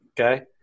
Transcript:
okay